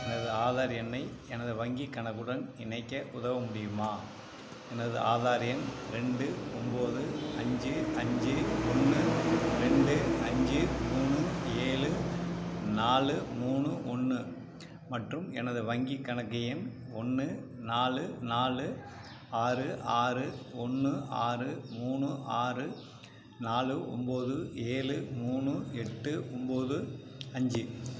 எனது ஆதார் எண்ணை எனது வங்கிக் கணக்குடன் இணைக்க உதவ முடியுமா எனது ஆதார் எண் ரெண்டு ஒன்போது அஞ்சு அஞ்சு ஒன்று ரெண்டு அஞ்சு மூணு ஏழு நாலு மூணு ஒன்று மற்றும் எனது வங்கிக் கணக்கு எண் ஒன்று நாலு நாலு ஆறு ஆறு ஒன்று ஆறு மூணு ஆறு நாலு ஒன்போது ஏழு மூணு எட்டு ஒன்போது அஞ்சு